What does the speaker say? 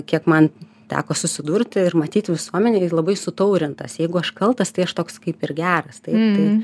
kiek man teko susidurti ir matyt visuomenėj jis labai sutaurintas jeigu aš kaltas tai aš toks kaip ir geras taip tai